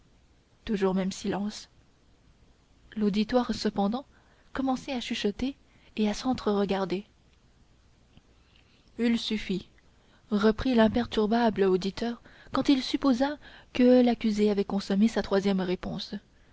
toujours même silence l'auditoire cependant commençait à chuchoter et à sentre regarder il suffit reprit l'imperturbable auditeur quand il supposa que l'accusé avait consommé sa troisième réponse